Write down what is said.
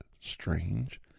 strange